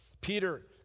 Peter